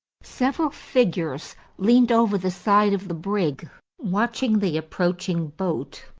several figures leaned over the side of the brig watching the approaching boat.